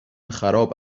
خراب